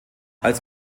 als